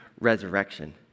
resurrection